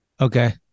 Okay